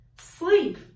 sleep